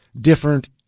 different